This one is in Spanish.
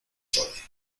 chole